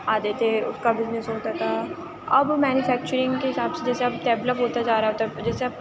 آتے تھے حقّہ بزنیس ہوتا تھا اب مینوفیکچرنگ کے حساب سے جیسے اب ڈیولپ ہوتا جا رہا ہے جیسے اب